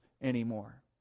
anymore